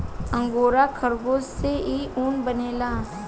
angora खरगोश से इ ऊन बनेला